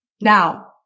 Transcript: Now